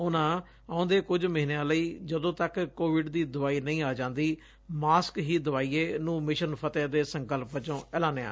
ਉਨਾਂ ਆਉਦੇ ਕੁਝ ਮਹੀਨਿਆਂ ਲਈ ਜਦੋਂ ਤੱਕ ਕੋਵਿਡ ਦੀ ਦਵਾਈ ਨਹੀ ਆ ਜਾਂਦੀ ਮਾਸਕ ਹੀ ਦਵਾਈ ਏ ਨੂੰ ਮਿਸ਼ਨ ਫਤਿਹ ਦੇ ਸੰਕਲਪ ਵੱਜੋਂ ਐਲਾਨਿਆ